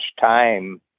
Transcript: time